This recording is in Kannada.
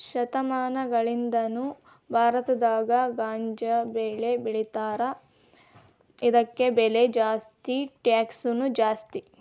ಶತಮಾನಗಳಿಂದಾನು ಭಾರತದಾಗ ಗಾಂಜಾಬೆಳಿತಾರ ಇದಕ್ಕ ಬೆಲೆ ಜಾಸ್ತಿ ಟ್ಯಾಕ್ಸನು ಜಾಸ್ತಿ